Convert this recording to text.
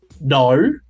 no